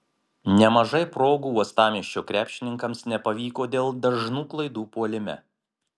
nemažai progų uostamiesčio krepšininkams nepavyko dėl dažnų klaidų puolime